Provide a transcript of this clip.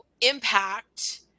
impact